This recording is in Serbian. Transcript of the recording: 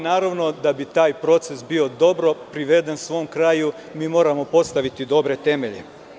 Naravno, da bi taj proces bio dobro priveden svom kraju, mi moramo postaviti dobre temelje.